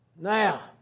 Now